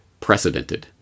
precedented